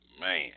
man